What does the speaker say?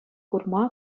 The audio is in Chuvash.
курма